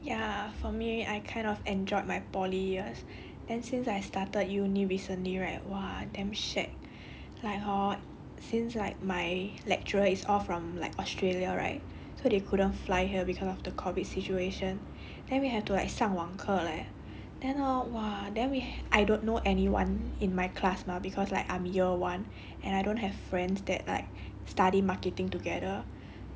ya for me I kind of enjoyed my poly years then since I started uni recently right !wah! damn shag like hor since like my lecturer is all from like australia right so they couldn't fly here cause of the COVID situation then we have to like 上网课 leh then hor !wah! then we I don't know anyone in my class mah cause like I'm year one and I don't have friends that like study marketing together